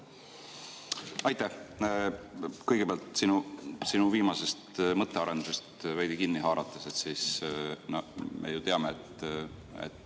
Aitäh! Kõigepealt, kui sinu viimasest mõttearendusest veidi kinni haarata, siis me ju teame, et ei